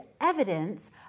evidence